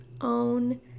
own